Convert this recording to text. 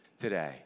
today